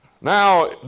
Now